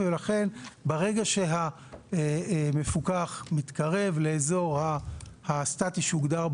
ולכן ברגע שהמפוקח מתקרב לאזור הסטטי שהוגדר במערכת.